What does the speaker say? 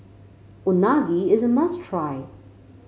unagi is a must try